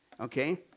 okay